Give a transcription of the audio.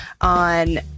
on